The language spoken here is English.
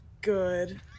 good